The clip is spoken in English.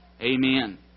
Amen